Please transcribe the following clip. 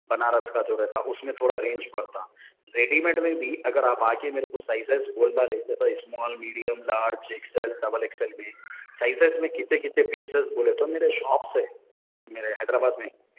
بنارس کا جو رہتا اس میں تھوڑا رینج بڑھتا ریڈی میڈ میں بھی اگر آپ آ کے میرے کو سائزس بول ڈالے جیسا small medium large X L double X L بھی سائزز میں کتنے کتنے پیسیز بولے تو میرے شاپس ہے میرے حیدرآباد میں